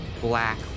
black